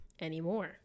anymore